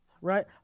Right